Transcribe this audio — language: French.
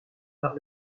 par